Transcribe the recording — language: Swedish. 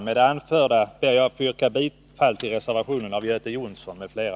Med det anförda ber jag att få yrka bifall till reservationen av Göte Jonsson m.fl.